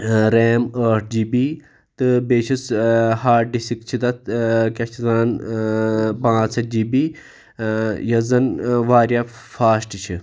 RAM ٲٹھ G B تہٕ بیٚیہِ چھِس ہاڈ ڈِسک چھِ تتھ کیاہ چھِ یتھ وَنان پانٛژھ ہتھ جی بی یۄس زَن واریاہ فاسٹہٕ چھِ